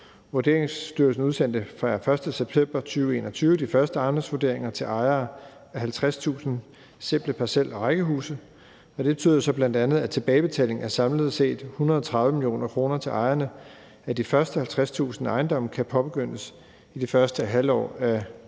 Vurderingsstyrelsen udsendte den 1. september 2021 de første ejendomsvurderinger til ejere af 50.000 simple parcel- og rækkehuse, og det betyder bl.a., at tilbagebetaling af samlet set 130 mio. kr. til ejerne af de første 50.000 ejendomme kan påbegyndes i det første halvår af